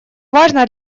важно